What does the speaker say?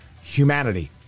humanity